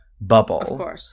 bubble